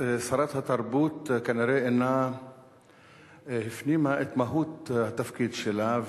שרת התרבות כנראה אינה מפנימה את מהות התפקיד שלה,